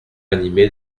animés